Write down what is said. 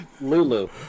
Lulu